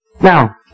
Now